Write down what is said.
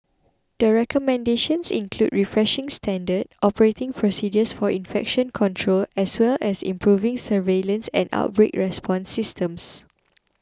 the recommendations include refreshing standard operating procedures for infection control as well as improving surveillance and outbreak response systems